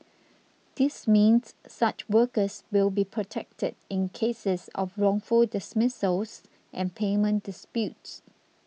this means such workers will be protected in cases of wrongful dismissals and payment disputes